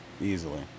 Easily